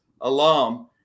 alum